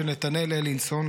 של נתנאל אלינסון,